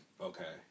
Okay